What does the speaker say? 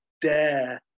dare